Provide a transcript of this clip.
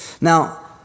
Now